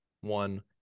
one